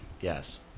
Yes